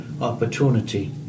opportunity